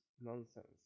nonsense